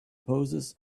poses